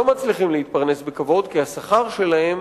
לא מצליחים להתפרנס בכבוד כי השכר שלהם